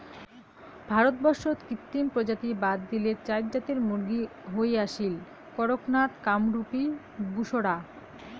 ভারতবর্ষত কৃত্রিম প্রজাতি বাদ দিলে চাইর জাতের মুরগী হই আসীল, কড়ক নাথ, কামরূপী, বুসরা